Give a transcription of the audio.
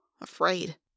afraid